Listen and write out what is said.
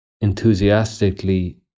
enthusiastically